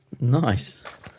Nice